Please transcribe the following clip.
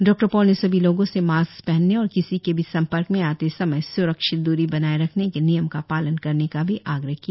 doctor Paul ने सभी लोगों से मास्क पहनने और किसी के भी सम्पर्क में आते समय सुरक्षित दुरी बनाए रखने के नियम का पालन करने का भी आग्रह किया